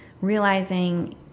realizing